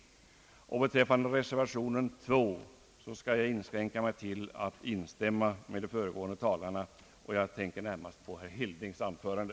Beträffande reservation 2 inskränker jag mig till att instämma med de föregående talarna — jag tänker närmast på herr Hildings anförande.